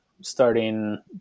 starting